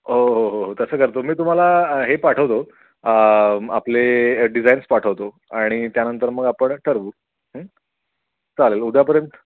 हो हो हो हो तसं करतो मी तुम्हाला हे पाठवतो आपले डिझाईन्स पाठवतो आणि त्यानंतर मग आपण ठरवू चालेल उद्यापर्यंत